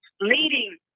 leading